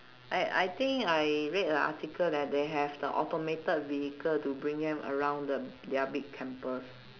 I I think I read a article that they have the automated vehicle to bring them around the their big campus